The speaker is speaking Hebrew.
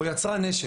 או יצרן נשק,